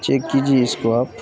check کیجیے اس کو آپ